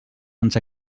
ens